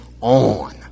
on